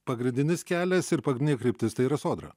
pagrindinis kelias ir pagrindinė kryptis tai yra sodra